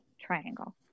triangle